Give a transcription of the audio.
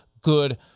good